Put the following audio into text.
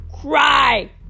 cry